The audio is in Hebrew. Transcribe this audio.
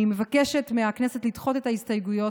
אני מבקשת מהכנסת לדחות את ההסתייגויות